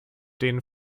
denen